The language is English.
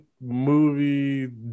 movie